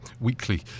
weekly